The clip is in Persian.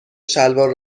شلوار